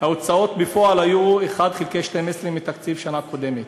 ההוצאות בפועל היו 1 חלקי 12 מתקציב שנה קודמת,